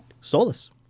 Solus